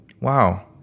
wow